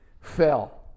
fell